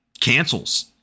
cancels